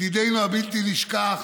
ידידנו הבלתי-נשכח